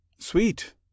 Sweet